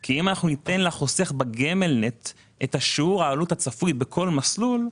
כי אם ניתן לחוסך בגמל-נט את שיעור העלות הצפוי בכל מסלול,